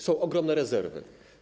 Są ogromne rezerwy.